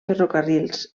ferrocarrils